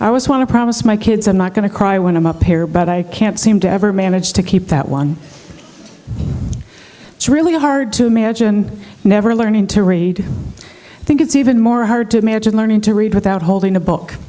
i was one of promise my kids i'm not going to cry when i'm up here but i can't seem to ever manage to keep that one it's really hard to imagine never learning to read i think it's even more hard to imagine learning to read without holding a book